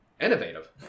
innovative